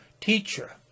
teacher